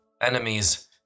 Enemies